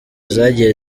zagiye